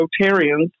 Rotarians